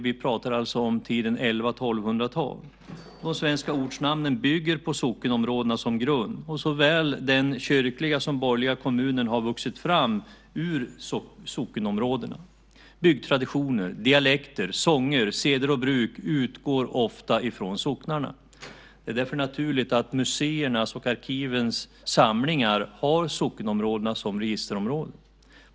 Vi pratar alltså om 1100-1200-talen. De svenska ortsnamnen bygger på sockenområdena, och såväl den kyrkliga som den borgerliga kommunen har vuxit fram ur sockenområdena. Byggtraditioner, dialekter, sånger, seder och bruk utgår ofta från socknarna. Det är därför naturligt att museernas och arkivens samlingar har sockenområdena som registerområden.